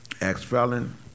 ex-felon